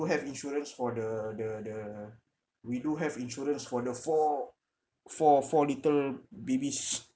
have insurance for the the the we do have insurance for the four four four little babies